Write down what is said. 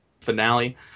finale